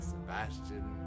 Sebastian